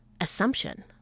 assumption